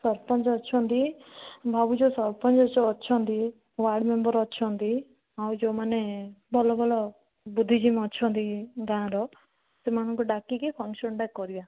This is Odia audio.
ସରପଞ୍ଚ ଅଛନ୍ତି ଭାବୁଛି ସରପଞ୍ଚ ଯେଉଁ ଅଛନ୍ତି ୱାର୍ଡ଼ ମେମ୍ବର୍ ଅଛନ୍ତି ଆଉ ଯେଉଁମାନେ ଭଲ ଭଲ ବୁଦ୍ଧିଜୀବୀ ଅଛନ୍ତି ଗାଁର ସେମାନଙ୍କୁ ଡାକିକି ଫଙ୍କସନ୍ଟା କରିବା